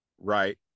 Right